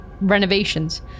renovations